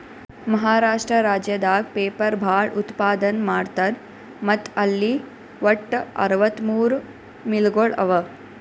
ಮಹಾರಾಷ್ಟ್ರ ರಾಜ್ಯದಾಗ್ ಪೇಪರ್ ಭಾಳ್ ಉತ್ಪಾದನ್ ಮಾಡ್ತರ್ ಮತ್ತ್ ಅಲ್ಲಿ ವಟ್ಟ್ ಅರವತ್ತಮೂರ್ ಮಿಲ್ಗೊಳ್ ಅವಾ